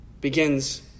begins